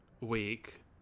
week